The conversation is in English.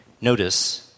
Notice